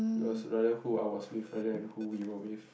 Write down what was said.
it was rather who I was with rather than who you were with